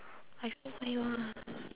I what he want